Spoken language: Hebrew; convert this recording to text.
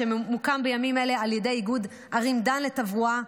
שמוקם בימים אלה על ידי איגוד ערים דן לתברואה,